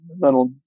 little